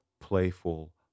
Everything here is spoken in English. playful